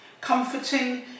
comforting